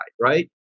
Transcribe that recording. right